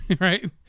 Right